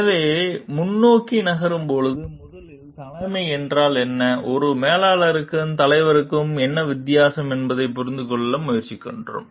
எனவே முன்னோக்கி நகரும்போது முதலில் தலைமை என்றால் என்ன ஒரு மேலாளருக்கும் தலைவருக்கும் என்ன வித்தியாசம் என்பதைப் புரிந்துகொள்ள முயற்சிக்கிறோம்